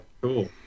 Cool